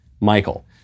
Michael